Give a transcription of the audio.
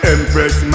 Empress